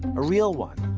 a real one.